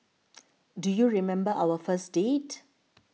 do you remember our first date